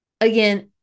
Again